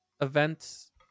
events